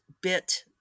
bit